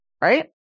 right